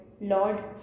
Lord